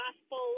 gospel